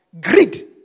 greed